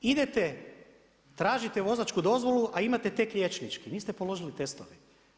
Idete, tražite vozačku dozvolu a imate liječnički, niste položili testove.